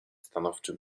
stanowczym